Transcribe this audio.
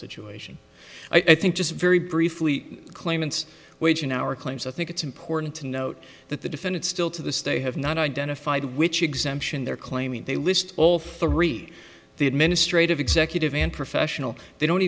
situation i think just very briefly claimants wage in our claims i think it's important to note that the defendant still to this day have not identified which exemption they're claiming they list all three the administrative executive and professional they don't